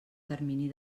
termini